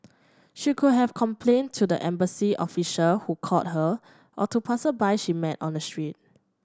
she could have complained to the embassy official who called her or to she met on the street